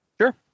Sure